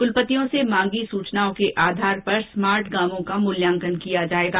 कलपतियों से मांगी सुचनाओं के आधार पर स्मार्ट गांवों का मुल्यांकन किया जाएगा